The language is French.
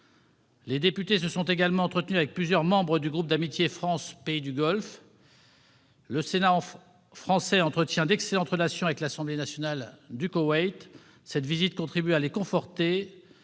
Les députés se sont également entretenus avec plusieurs membres du groupe d'amitié France-Pays du Golfe. Le Sénat français entretient d'excellentes relations avec l'Assemblée nationale du Koweït. Cette visite contribue à les conforter.